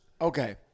Okay